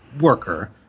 worker